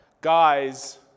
guys